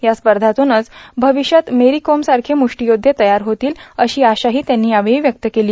या स्पर्धातुनच भविष्यात मेरी कॉम सारखे मुष्टीयोद्वे तयार होतील अशी आशाही त्यांनी व्यक्त केली